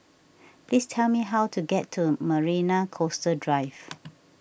please tell me how to get to Marina Coastal Drive